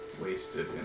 Wasted